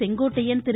Sengottaiyan Thiru